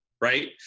right